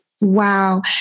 Wow